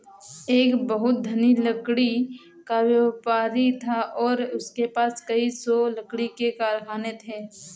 एक बहुत धनी लकड़ी का व्यापारी था और उसके पास कई सौ लकड़ी के कारखाने थे